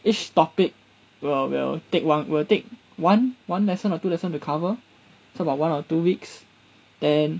each topic we'll we'll take one will take one one lesson or two listen to cover so about one or two weeks then